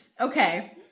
Okay